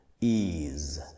ease